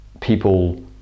people